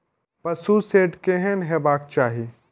पशु शेड केहन हेबाक चाही?